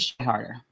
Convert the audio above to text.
harder